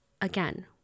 again